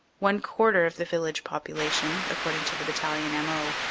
one quarter of the village popula tion, according to the battalion m o,